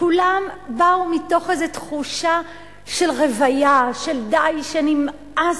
כולם באו מתוך איזו תחושה של רוויה, של די, שנמאס.